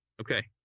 Okay